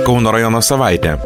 kauno rajono savaitė